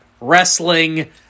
wrestling